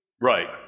Right